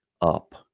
up